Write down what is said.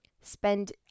spend